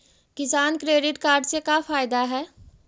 किसान credit card से का फायदा है?